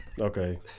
Okay